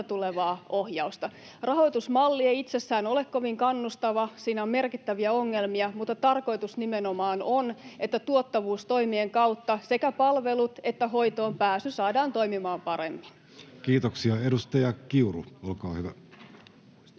Rahoitusmalli ei itsessään ole kovin kannustava, ja siinä on merkittäviä ongelmia, mutta tarkoitus nimenomaan on, että tuottavuustoimien kautta sekä palvelut että hoitoonpääsy saadaan toimimaan paremmin. Kiitoksia. — Edustaja Kiuru, olkaa hyvä.